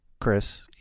Chris